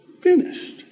finished